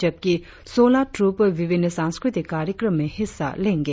जबकि सोलह ट्रप विभिन्न सांस्कृतिक कार्यक्रम में हिस्सा लेंगे